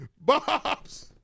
Bobs